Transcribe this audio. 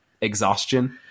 exhaustion